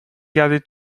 garder